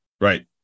Right